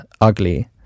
ugly